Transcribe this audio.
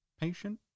patient